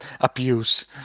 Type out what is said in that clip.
abuse